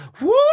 woo